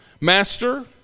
Master